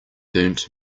burnt